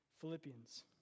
Philippians